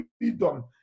freedom